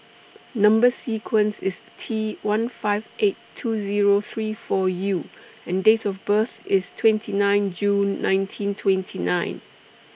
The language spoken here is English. Number sequence IS T one five eight two Zero three four U and Date of birth IS twenty nine June nineteen twenty nine